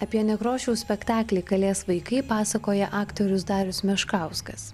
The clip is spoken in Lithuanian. apie nekrošiaus spektaklį kalės vaikai pasakoja aktorius darius meškauskas